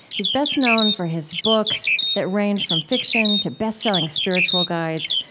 he's best known for his books that range from fiction to best-selling spiritual guides,